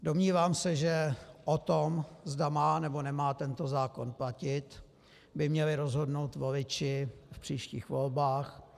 Domnívám se, že o tom, zda má, nebo nemá tento zákon platit, by měli rozhodnout voliči v příštích volbách.